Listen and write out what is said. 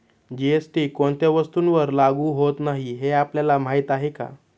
GST कोणत्या वस्तूंवर लागू होत नाही हे आपल्याला माहीत आहे का?